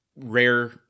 Rare